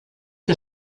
der